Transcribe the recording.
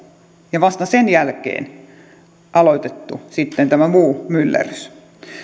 ja vasta sen jälkeen aloitettu sitten tämä muu myllerrys